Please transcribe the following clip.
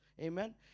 Amen